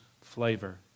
flavor